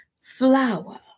flower